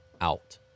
out